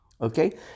Okay